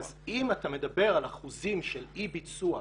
אז אם אתה מדבר על אחוזים של אי ביצוע